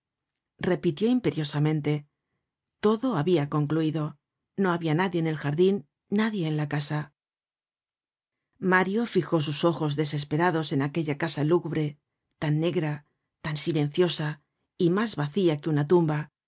repitió imperiosamente pero no le respondieron todo habia concluido no habia nadie en el jardin nadie en la casa content from google book search generated at mario fijó sus ojos desesperados en aquella casa lúgubre tan negra tan silenciosa y mas vacía que una tumba